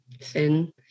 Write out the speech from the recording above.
thin